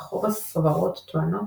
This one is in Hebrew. אך רוב הסברות טוענות